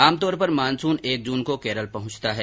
आमतौर पर मानसून एक जून को केरल पहुंचता है